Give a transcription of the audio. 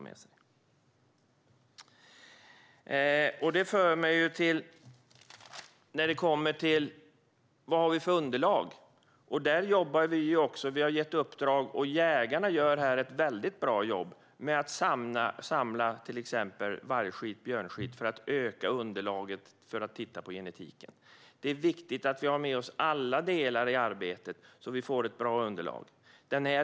Vad har vi då för underlag? Här gör jägarna ett bra jobb med att samla in till exempel vargskit och björnskit för att öka underlaget vad gäller genetiken. Det är viktigt att vi har med oss alla delar i arbetet så att vi får ett bra underlag.